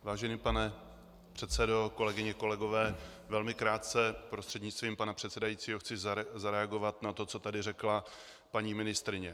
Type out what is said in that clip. Vážený pane předsedo, kolegyně, kolegové, velmi krátce prostřednictvím pana předsedajícího chci zareagovat na to, co tady řekla paní ministryně.